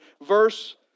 Verse